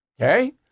Okay